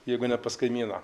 jeigu ne pas kaimyną